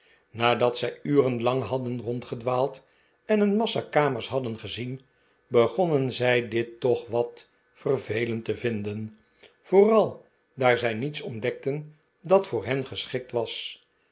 nadat zij uren lang hadden rondgedwaald en een massa kamers hadden gezien begonnen zij dit toch wat vervelend te vinden vooral daar zij niets ontdekten dat voor hen geschikt was